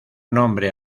nombre